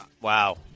Wow